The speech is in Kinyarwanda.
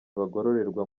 bagororerwa